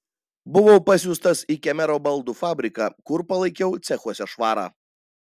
buvau pasiųstas į kemero baldų fabriką kur palaikiau cechuose švarą